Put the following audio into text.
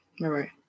right